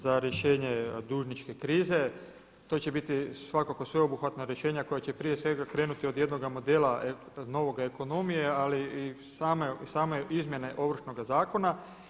Za rješenje dužničke krize, to će biti svakako sveobuhvatna rješenja koja će prije svega krenuti od jednoga modela novoga ekonomije ali i same izmjene Ovršnoga zakona.